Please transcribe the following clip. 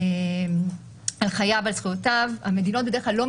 על חייו ועל זכויותיו,